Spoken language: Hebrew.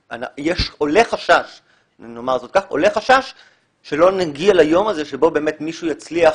שעולה חשש שלא נגיע ליום הזה שבו באמת מישהו יצליח